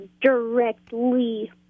directly